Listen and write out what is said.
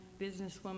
businesswoman